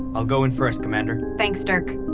i'll go in first, commander thanks, dirk